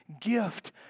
gift